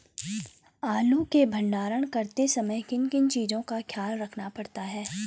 आलू के भंडारण करते समय किन किन चीज़ों का ख्याल रखना पड़ता है?